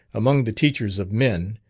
among the teachers of men,